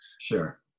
Sure